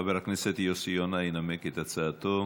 חבר הכנסת יוסי יונה ינמק את הצעתו